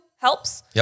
helps